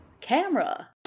Camera